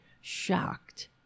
shocked